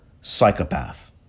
psychopath